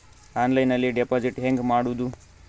ಆನ್ಲೈನ್ನಲ್ಲಿ ಡೆಪಾಜಿಟ್ ಹೆಂಗ್ ಮಾಡುದು?